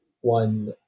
one